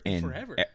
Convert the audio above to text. Forever